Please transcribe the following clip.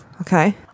Okay